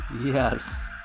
Yes